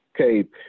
Okay